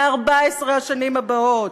ל-14 השנים הבאות.